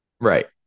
Right